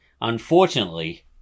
Unfortunately